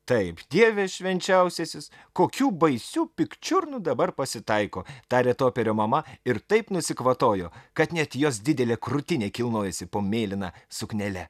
taip dieve švenčiausiasis kokių baisių pikčiurnų dabar pasitaiko tarė toperio mama ir taip nusikvatojo kad net jos didelė krūtinė kilnojosi po mėlyna suknele